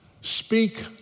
Speak